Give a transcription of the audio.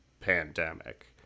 pandemic